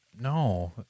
No